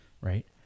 right